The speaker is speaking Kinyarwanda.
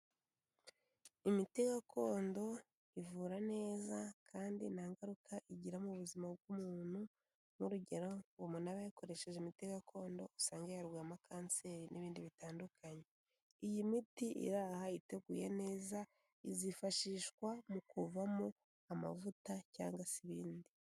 Imiti gakondo ivura neza kandi nta ngaruka igira mu buzima bw'umuntu, nk'urugero umunatu yakoresheje imiti gakondo usange yarwaye kanseri n'ibindi bitandukanye. Iyi miti iri aha iteguye neza, izifashishwa mu kuvamo amavuta cyangwa se ibindi.